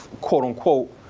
quote-unquote